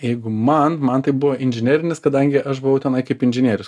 jeigu man man tai buvo inžinerinis kadangi aš buvau tenai kaip inžinierius